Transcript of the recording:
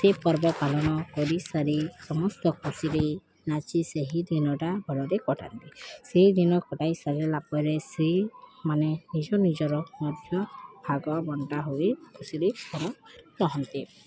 ସେ ପର୍ବ ପାଳନ କରିସାରି ସମସ୍ତ ଖୁସିରେ ନାଚି ସେହି ଦିନଟା ଭଲରେ କଟାନ୍ତି ସେହି ଦିନ କଟାଇ ସାରିଲା ପରେ ସେଇ ମାନେ ନିଜ ନିଜର ମଧ୍ୟ ଭାଗ ବଣ୍ଟା ହୋଇ ଖୁସିରେ ରହନ୍ତି